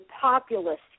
populist